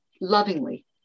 lovingly